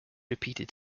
repeated